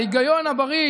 ההיגיון הבריא,